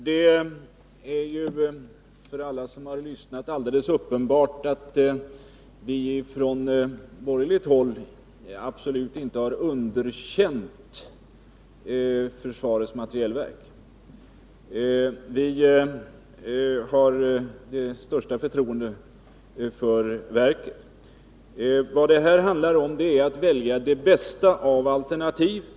Herr talman! För alla som har lyssnat på debatten är det helt uppenbart att vi borgerliga inte har underkänt försvarets materielverk. Vi har det största förtroende för verket. Vad det handlar om är att välja det bästa alternativet.